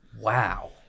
Wow